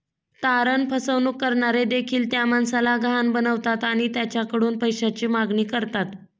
तारण फसवणूक करणारे देखील त्या माणसाला गहाण बनवतात आणि त्याच्याकडून पैशाची मागणी करतात